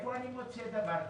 איפה אני מוצא דבר כזה?